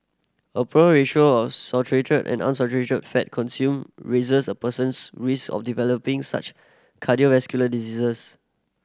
a poor ratio of saturated and unsaturated fat consumed raises a person's risk of developing such cardiovascular diseases